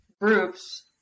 groups